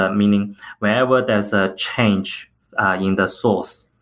ah meaning whenever there's a change in the source,